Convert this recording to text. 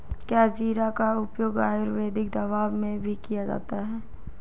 क्या जीरा का उपयोग आयुर्वेदिक दवाओं में भी किया जाता है?